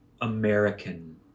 American